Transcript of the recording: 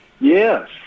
Yes